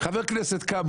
חבר כנסת קם,